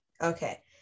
Okay